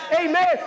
Amen